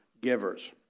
givers